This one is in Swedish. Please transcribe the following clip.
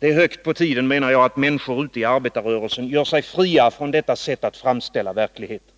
Det är högt på tiden, menar jag, att människor ute i arbetarrörelsen gör sig fria från detta sätt att framställa verkligheten.